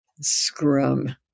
scrum